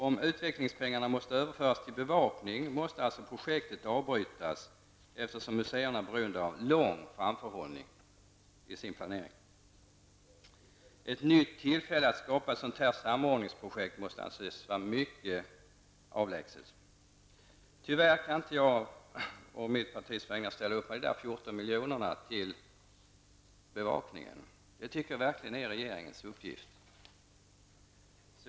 Om utvecklingspengarna måste överföras till bevakning måste alltså projektet avbrytas eftersom museerna är beroende av lång framförhållning i sin planering. Ett nytt tillfälle att skapa ett sådant samordningsprojekt måste anses vara mycket avlägset. Tyvärr kan jag inte å mitt partis vägnar ställa upp på 14 milj.kr. till bevakning. Jag tycker verkligen att det är regeringens uppgift.